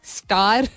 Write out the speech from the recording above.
star